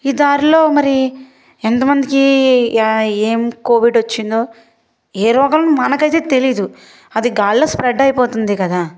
ఈ దారిలో మరి ఎంతమందికి ఏ ఏమి కోవిడ్ వచ్చిందో ఏ రోగం మనకైతే తెలీదు అది గాల్లో స్ప్రెడ్ అయిపోతుంది కదా